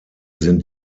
sind